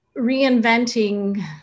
reinventing